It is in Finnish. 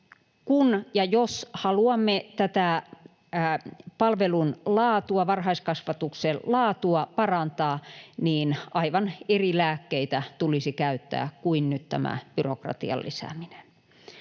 jos haluamme tätä palvelun laatua, varhaiskasvatuksen laatua, parantaa, niin aivan eri lääkkeitä tulisi käyttää kuin nyt tämä byrokratian lisääminen.